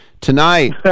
Tonight